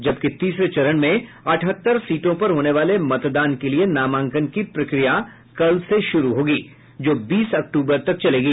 जबकि तीसरे चरण में अठहत्तर सीटों पर होने वाले मतदान के लिए नामांकन की प्रक्रिया कल से शुरू होगी जो बीस अक्टूबर तक चलेगी